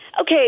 okay